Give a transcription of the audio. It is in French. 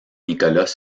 nicolas